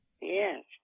Yes